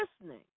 listening